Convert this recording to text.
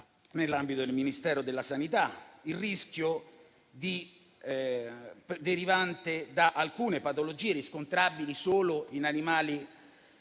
nell'ambito del Ministero della salute: vi è il rischio derivante da alcune patologie riscontrabili solo in animali